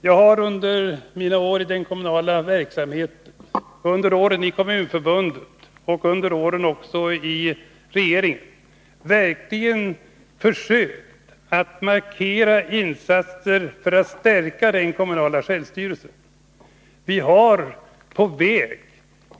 Jag har under mina år i den kommunala verksamheten, under åren i Kommunförbundet och under åren i regeringen verkligen försökt göra insatser för att stärka den kommunala självstyrelsen.